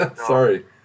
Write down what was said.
Sorry